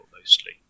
mostly